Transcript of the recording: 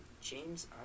James